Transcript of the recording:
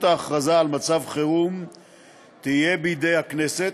ההכרזה על מצב חירום תהיה בידי הכנסת,